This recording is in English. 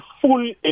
full